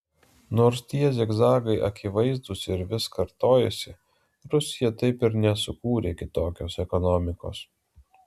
nors tie zigzagai akivaizdūs ir vis kartojasi rusija taip ir nesukūrė kitokios ekonomikos